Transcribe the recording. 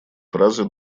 фразы